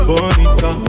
Bonita